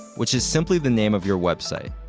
which is simply the name of your website.